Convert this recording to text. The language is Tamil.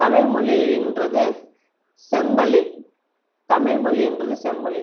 தமிழ்மொழின்றது செம்மொழி தமிழ்மொழின்றது செம்மொழி